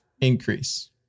increase